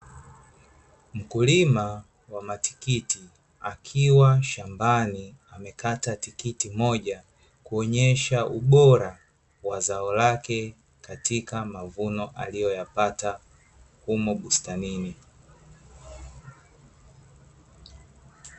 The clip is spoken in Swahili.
Mkulima wa matikiti, akiwa shambani amekata tikiti moja, kuonyesha ubora wa zao lake, katika mavuno aliyoyapata humo bustanini.